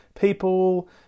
people